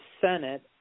Senate